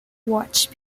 watch